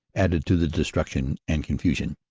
added to the destruction and confusion.